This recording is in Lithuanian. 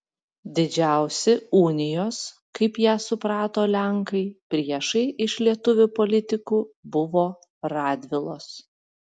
didžiausi unijos kaip ją suprato lenkai priešai iš lietuvių politikų buvo radvilos